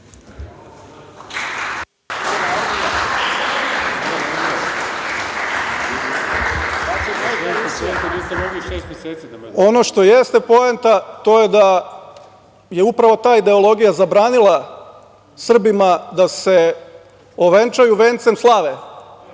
Ono što jeste poenta, to je da je upravo ta ideologija zabranila Srbima da se ovenčaju vencem slave